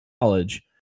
college